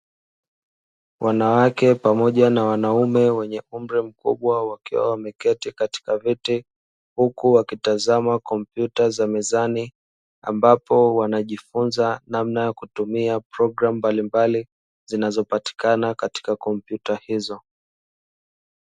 Wanawake pamoja na wanaume wenye umri mkubwa wakiwa wameketi katika viti huku wakitazama kompyuta za mezani, ambapo wanajifunza namna ya kutumia programu mbalimbali zinazopatikana katika kompyuta hizo